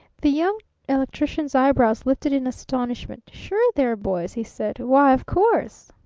the young electrician's eyebrows lifted in astonishment. sure they're boys! he said. why, of course!